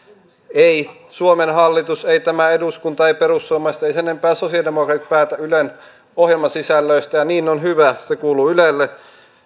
ei suomen hallitus ei tämä eduskunta eivät perussuomalaiset eivät sen enempää sosialidemokraatit päätä ylen ohjelmasisällöistä ja niin on hyvä se kuuluu ylelle